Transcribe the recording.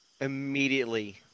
immediately